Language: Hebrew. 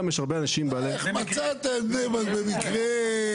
איך מצאת את בני ברק במקרה.